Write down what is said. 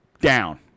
down